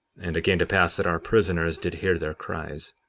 and it came to pass that our prisoners did hear their cries,